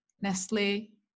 Nestle